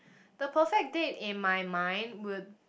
the perfect date in my mind would